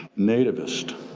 nativist,